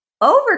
Over